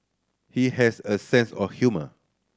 he has a sense of humour